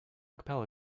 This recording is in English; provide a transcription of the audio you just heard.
capella